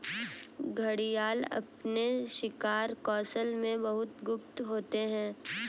घड़ियाल अपने शिकार कौशल में बहुत गुप्त होते हैं